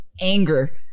anger